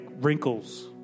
wrinkles